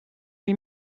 lui